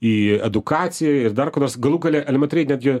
į edukaciją ir dar ko nors galų gale elementariai netgi